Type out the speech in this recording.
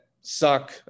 suck